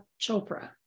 Chopra